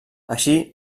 així